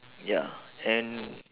ya and